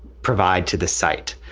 provide to the site.